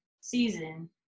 season